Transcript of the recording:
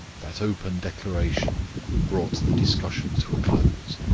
that open declaration brought the discussion to a close.